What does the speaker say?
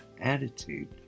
attitude